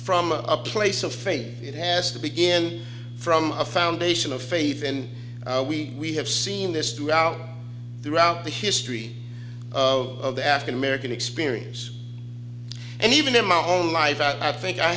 from a place of faith it has to begin from a foundation of faith and we have seen this throughout throughout the history of the african american experience and even in my home life that i think i